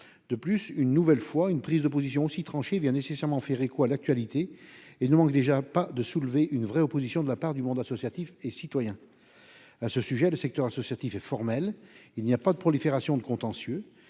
De plus, une nouvelle fois, une prise de position aussi tranchée vient nécessairement faire écho à l'actualité et ne manque pas de soulever une vive opposition de la part du monde associatif et citoyen. À ce sujet, le secteur associatif est formel : il n'y a pas de prolifération des contentieux.